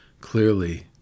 clearly